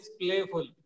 playful